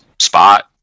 spot